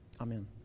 Amen